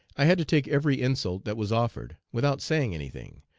i had to take every insult that was offered, without saying any thing,